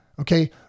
Okay